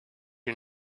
you